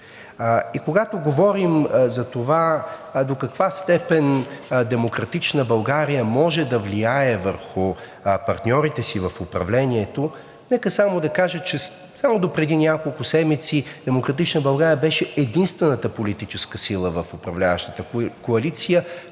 Когато говорим за това до каква степен „Демократична България“ може да влияе върху партньорите си в управлението, нека само да кажа, че само допреди няколко седмици „Демократична България“ беше единствената политическа сила в управляващата коалиция,